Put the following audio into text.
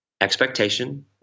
expectation